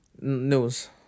News